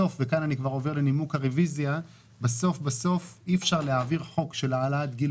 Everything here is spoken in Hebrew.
היום על הפרק פרק ה' (צמצום פערים מגדריים בשוק העבודה והעלאת גיל